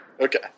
Okay